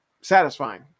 satisfying